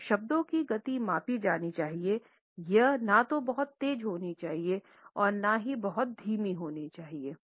तो शब्दों की गति मापी जानी चाहिए यह न तो बहुत तेज़ होनी चाहिए और न ही बहुत धीमी होनी चाहिए